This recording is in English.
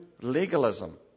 legalism